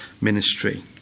ministry